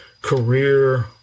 career